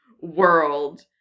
world